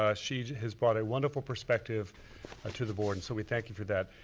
ah she has brought a wonderful perspective to the board. and so we thank you for that.